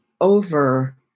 over